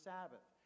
Sabbath